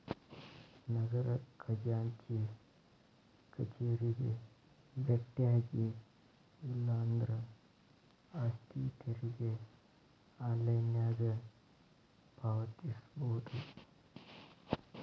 ನಗರ ಖಜಾಂಚಿ ಕಚೇರಿಗೆ ಬೆಟ್ಟ್ಯಾಗಿ ಇಲ್ಲಾಂದ್ರ ಆಸ್ತಿ ತೆರಿಗೆ ಆನ್ಲೈನ್ನ್ಯಾಗ ಪಾವತಿಸಬೋದ